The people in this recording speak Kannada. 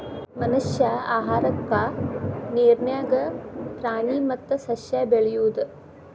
ಮನಷ್ಯಾ ಆಹಾರಕ್ಕಾ ನೇರ ನ್ಯಾಗ ಪ್ರಾಣಿ ಮತ್ತ ಸಸ್ಯಾ ಬೆಳಿಯುದು